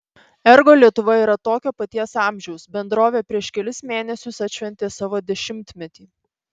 ergo lietuva yra tokio paties amžiaus bendrovė prieš kelis mėnesius atšventė savo dešimtmetį